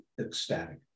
ecstatic